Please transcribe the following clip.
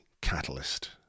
catalyst